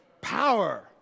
Power